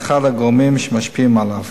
אחד הגורמים שמשפיעים עליה.